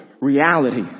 reality